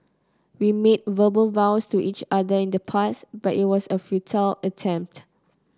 we made verbal vows to each other in the past but it was a futile attempt